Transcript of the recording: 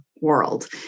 world